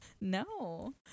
No